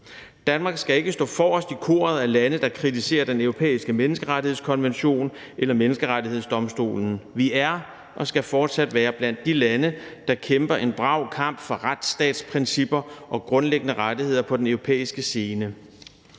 Danmark skal ikke stå forrest i koret af lande, der kritiserer Den Europæiske Menneskerettighedskonvention eller Menneskerettighedsdomstolen. Vi er og skal fortsat være blandt de lande, der kæmper en brav kamp for retsstatsprincipper og grundlæggende rettigheder på den europæiske scene.